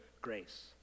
grace